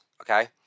Okay